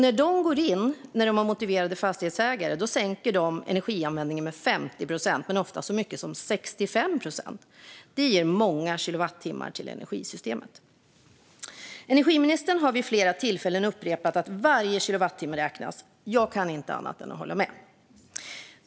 När de går in där fastighetsägarna är motiverade sänker de energianvändningen med 50 procent, ofta så mycket som 65 procent. Det ger många kilowattimmar till energisystemet. Energiministern har vid flera tillfällen upprepat att varje kilowattimme räknas. Jag kan inte annat än hålla med.